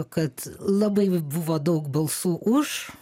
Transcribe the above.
kad labai buvo daug balsų už